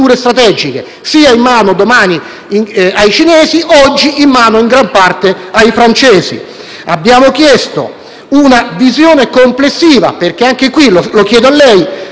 Abbiamo chiesto una visione complessiva. Anche qui, chiedo a lei, *premier* Conte: come possiamo parlare di Italia *hub* della Via della Seta e poi